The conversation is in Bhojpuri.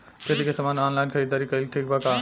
खेती के समान के ऑनलाइन खरीदारी कइल ठीक बा का?